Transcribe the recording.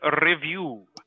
Review